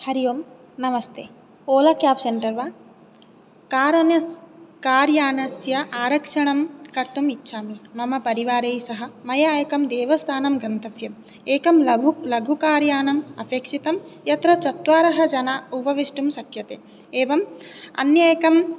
हरि ओम् नमस्ते Ola cab centre वा कारानस् कार्यानस्य आरक्षणं कर्तुम् इच्छामि मम परिवारैः सह मया एकं देवस्थानं गन्तव्यम् एकं लघु लघु कार्यानम् अपेक्षितं यत्र चत्वारः जनाः उपविष्टुं शक्यते एवम् अन्येकं